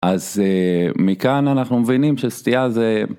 אז מכאן אנחנו מבינים שסטייאזה...